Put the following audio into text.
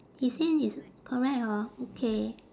his hand is correct hor okay